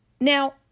Now